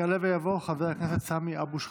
יעלה ויבוא חבר הכנסת סמי אבו שחאדה,